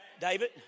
David